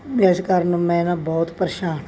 ਇਸ ਕਾਰਣ ਮੈਂ ਨਾ ਬਹੁਤ ਪਰੇਸ਼ਾਨ ਹਾਂ